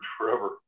forever